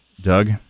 Doug